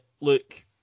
look